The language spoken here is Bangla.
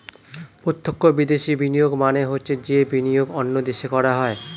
প্রত্যক্ষ বিদেশি বিনিয়োগ মানে হচ্ছে যে বিনিয়োগ অন্য দেশে করা হয়